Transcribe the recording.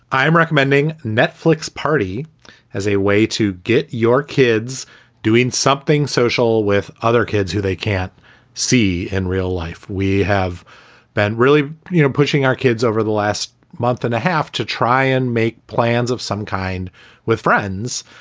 i am recommending netflix party as a way to get your kids doing something social with other kids who they can't see in real life. we have been really you know pushing our kids over the last month and a half to try and make plans of some kind with friends,